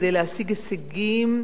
כדי להשיג הישגים,